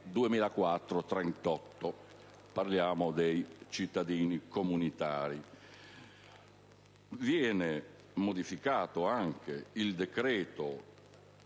circolazione dei cittadini comunitari. Viene modificato anche il decreto